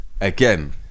again